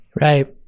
right